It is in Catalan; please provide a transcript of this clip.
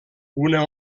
una